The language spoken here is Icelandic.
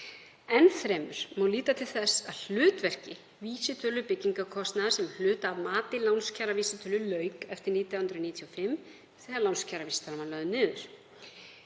Enn fremur má líta til þess að hlutverki vísitölu byggingarkostnaðar sem hluta af mati lánskjaravísitölu lauk eftir 1995 þegar lánskjaravísitalan var lögð niður.